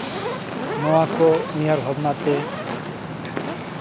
ᱱᱚᱣᱟᱠᱚ ᱩᱭᱦᱟᱹᱨ ᱵᱷᱟᱵᱽᱱᱟ ᱛᱮ